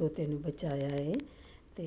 ਤੋਤੇ ਨੂੰ ਬਚਾਇਆ ਹੈ ਅਤੇ